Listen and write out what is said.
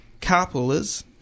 Carpoolers